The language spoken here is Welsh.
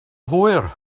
hwyr